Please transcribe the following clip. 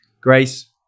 Grace